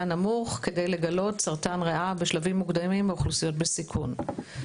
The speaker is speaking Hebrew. נמוך כדי לגלות סרטן ריאה בשלבים מוקדמים באוכלוסיות בסיכון?